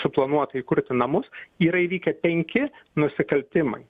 suplanuota įkurti namus yra įvykę penki nusikaltimai